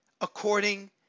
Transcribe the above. according